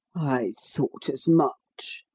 i thought as much,